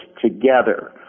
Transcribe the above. together